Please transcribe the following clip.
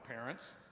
parents